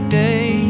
day